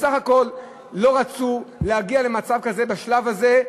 בסך הכול לא רצו להגיע למצב כזה בשלב הזה,